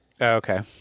Okay